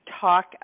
talk